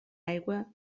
aigua